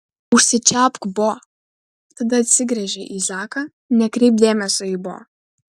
užsičiaupk bo tada atsigręžė į zaką nekreipk dėmesio į bo